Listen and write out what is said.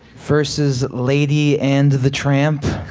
versus lady and the tramp.